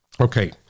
Okay